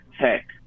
Tech